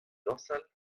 dañsal